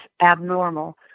abnormal